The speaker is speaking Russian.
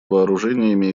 вооружениями